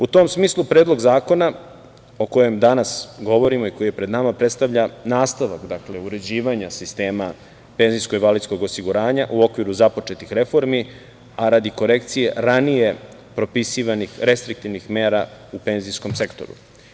U tom smislu Predlog zakona o kojem danas govorimo i koji je pred nama predstavlja nastavak uređivanja sistema PIO u okviru započetih reformi, a radi korekcije ranije propisivanih restriktivnih mera u penzijskom sektoru.